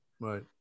Right